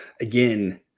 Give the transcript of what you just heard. again